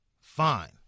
fine